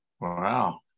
Wow